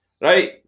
right